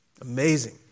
Amazing